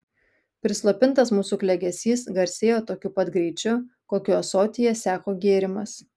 prislopintas mūsų klegesys garsėjo tokiu pat greičiu kokiu ąsotyje seko gėrimas